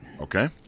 Okay